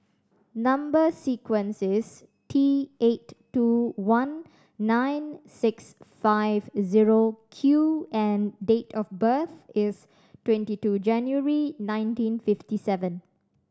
number sequence is T eight two one nine six five zero Q and date of birth is twenty two January nineteen fifty seven